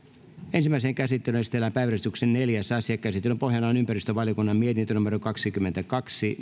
ensimmäiseen käsittelyyn esitellään päiväjärjestyksen neljäs asia käsittelyn pohjana on ympäristövaliokunnan mietintö kaksikymmentäkaksi